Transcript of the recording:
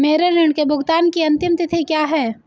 मेरे ऋण के भुगतान की अंतिम तिथि क्या है?